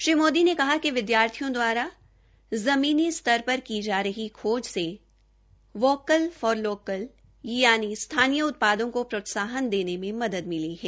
श्री मोदी ने कहा कि विद्यार्थियों दवारा ज़मीनी स्तर पर की जा रही खोज से वोकल फॉर लोकल यानि स्थानीय उत्पादों को प्रोत्साहन देने में मदद मिली है